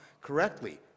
correctly